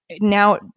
Now